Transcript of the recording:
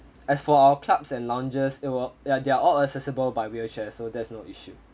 as for our clubs and lounges it will they are all accessible by wheelchair so there's no issue